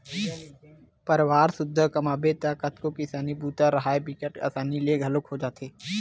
परवार सुद्धा कमाबे त कतको किसानी बूता राहय बिकट असानी ले घलोक हो जाथे